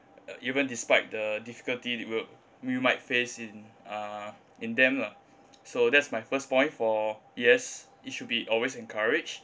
even despite the difficulty we will we might face in uh in them lah so that's my first point for yes it should be always encouraged